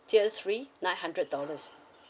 tier three nine hundred dollars